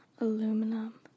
Aluminum